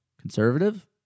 conservative